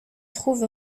trouve